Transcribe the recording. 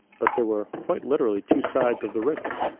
but there were quite literally two sides of the river.